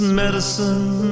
medicine